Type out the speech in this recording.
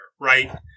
right